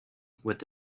with